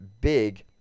big